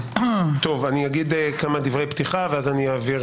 אני אומר כמה דברי פתיחה ואז אעביר